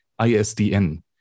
ISDN